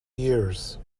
years